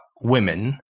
women